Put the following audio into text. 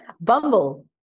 Bumble